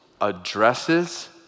addresses